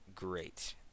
great